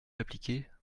l’appliquer